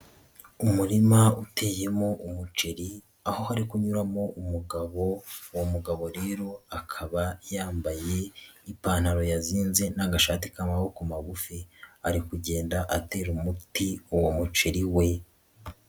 Umurima uteyemo umuceri aho hari kunyuramo umugabo, uwo mugabo rero akaba yambaye ipantaro yazinze n'agashati k'amaboko magufi ari kugenda atera umuti uwo muceri we.